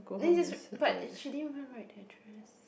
then you just but she didn't even write the address